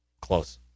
Close